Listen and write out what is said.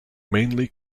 mainly